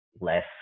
less